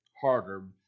harder